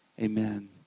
Amen